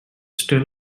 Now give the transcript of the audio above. still